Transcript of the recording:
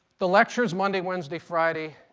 the lectures, monday, wednesday, friday,